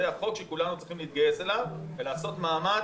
זה החוק שכולנו צריכים להתגייס אליו ולעשות מאמץ,